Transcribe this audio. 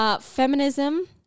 Feminism